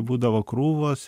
būdavo krūvos